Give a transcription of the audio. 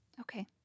Okay